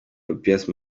papias